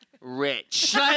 rich